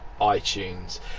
iTunes